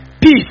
peace